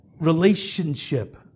relationship